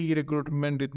recruitment